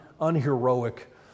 unheroic